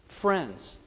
Friends